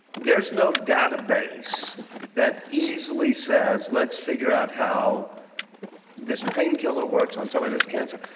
there's no database that easily says, let's figure out how this painkiller works on some of this cancer.